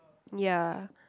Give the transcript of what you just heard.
ya